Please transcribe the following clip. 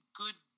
good